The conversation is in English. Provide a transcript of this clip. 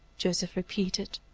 joseph repeated.